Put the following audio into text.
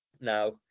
Now